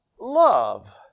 love